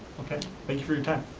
okay, thank you for your time.